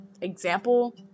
example